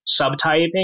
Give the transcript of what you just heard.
subtyping